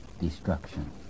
destruction